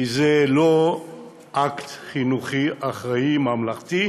כי זה לא אקט חינוכי, אחראי, ממלכתי,